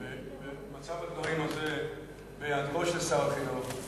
במצב הדברים הזה ובהיעדרו של שר החינוך,